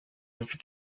mfite